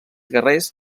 guerrers